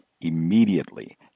immediately